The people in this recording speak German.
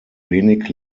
wenig